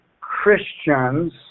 Christians